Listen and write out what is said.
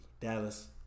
Dallas